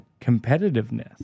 competitiveness